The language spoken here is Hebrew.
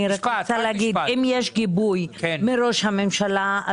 אם יש גיבוי מראש הממשלה,